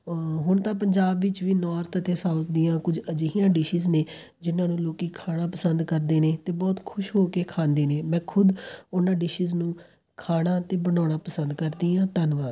ਹੁਣ ਤਾਂ ਪੰਜਾਬ ਵਿੱਚ ਵੀ ਨੌਰਥ ਅਤੇ ਸਾਊਥ ਦੀਆਂ ਕੁਝ ਅਜਿਹੀਆਂ ਡਿਸੀਜ਼ ਨੇ ਜਿੰਨ੍ਹਾਂ ਨੂੰ ਲੋਕ ਖਾਣਾ ਪਸੰਦ ਕਰਦੇ ਨੇ ਅਤੇ ਬਹੁਤ ਖੁਸ਼ ਹੋ ਕੇ ਖਾਂਦੇ ਨੇ ਮੈਂ ਖੁਦ ਉਹਨਾਂ ਡਿਸੀਜ਼ ਨੂੰ ਖਾਣਾ ਅਤੇ ਬਣਾਉਣਾ ਪਸੰਦ ਕਰਦੀ ਆ ਧੰਨਵਾਦ